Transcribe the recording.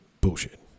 bullshit